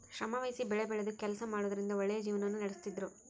ಶ್ರಮವಹಿಸಿ ಬೆಳೆಬೆಳೆದು ಕೆಲಸ ಮಾಡುವುದರಿಂದ ಒಳ್ಳೆಯ ಜೀವನವನ್ನ ನಡಿಸ್ತಿದ್ರು